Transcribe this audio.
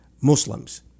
Muslims